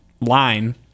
line